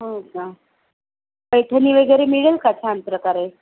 हो का पैठणी वगैरे मिळेल का छान प्रकारे